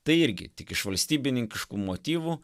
tai irgi tik iš valstybininkiškų motyvų